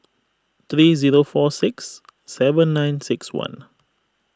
three zero four six seven nine six one